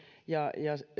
ja